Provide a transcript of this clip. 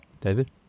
David